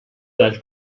dal